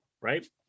right